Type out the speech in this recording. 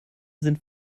sind